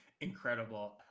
incredible